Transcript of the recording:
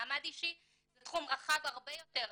מעמד אישי זה תחום רחב הרבה יותר.